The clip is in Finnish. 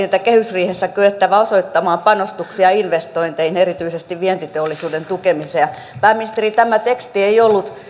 että kehysriihessä on kyettävä osoittamaan panostuksia investointeihin erityisesti vientiteollisuuden tukemiseen pääministeri tämä teksti ei ollut